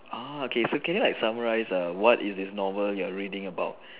orh okay so can you like summarize err what is this novel you are reading about